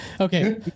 Okay